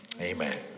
amen